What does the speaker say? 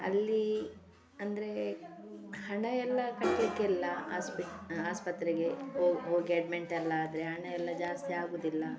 ಅಲ್ಲಿ ಅಂದರೆ ಹಣ ಎಲ್ಲ ಕಟ್ಟಲಿಕ್ಕಿಲ್ಲ ಆಸ್ಪಿಟ್ ಆಸ್ಪತ್ರೆಗೆ ಹೋಗಿ ಅಡ್ಮಿಂಟ್ ಎಲ್ಲ ಆದರೆ ಹಣ ಎಲ್ಲ ಜಾಸ್ತಿ ಆಗೋದಿಲ್ಲ